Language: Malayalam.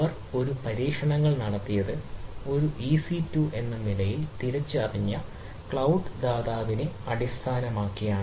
അവർ ഒരു പരീക്ഷണങ്ങൾ നടത്തിയത് ഒരു ഇസി 2 എന്ന നിലയിൽ തിരിച്ചറിഞ്ഞ ക്ലൌഡ് ദാതാവിനെ അടിസ്ഥാനമാക്കിയാണ്